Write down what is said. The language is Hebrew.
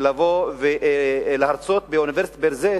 לבוא ולהרצות באוניברסיטת ביר-זית,